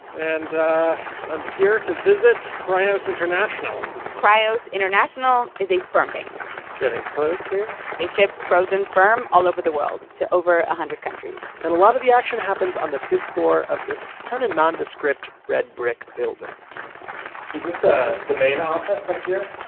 and i'm here to visit cryos international cryos international is a sperm bank getting close here they ship frozen sperm all over the world to over a hundred countries and a lot of the action happens on the fifth floor of this kind of nondescript red brick building is this the main office up here?